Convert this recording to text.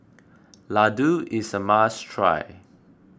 Ladoo is a must try